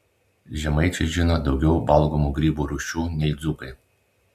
žemaičiai žino daugiau valgomų grybų rūšių nei dzūkai